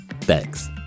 Thanks